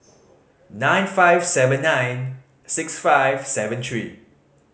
nine five seven nine six five seven three